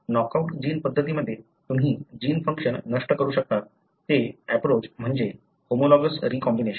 knockout gene पद्धतीमध्ये तुम्ही gene function नष्ट करू शकता ते अँप्रोच म्हणजे होमोलॉगस रीकॉम्बिनेशन